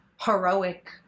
heroic